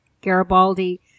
Garibaldi